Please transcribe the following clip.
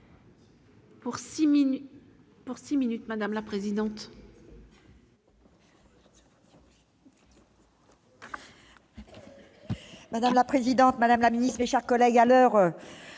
Pour 6 minutes. Madame la présidente,